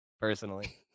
personally